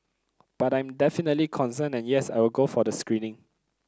but I'm definitely concerned and yes I will go for the screening